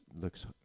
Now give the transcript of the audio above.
looks